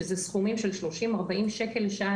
שזה סכומים של 30 40 שקל לשעה,